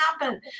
happen